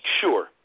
Sure